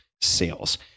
sales